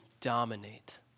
dominate